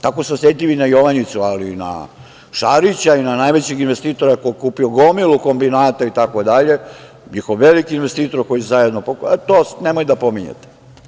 Tako su osetljivi i na Jovanjicu, ali i na Šarića i na najvećeg investitora koji je kupio gomilu kombinata itd. njihov veliki investitor, ali to nemojte da pominjete.